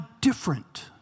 different